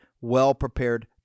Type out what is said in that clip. well-prepared